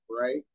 right